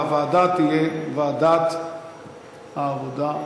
והוועדה תהיה ועדת העבודה,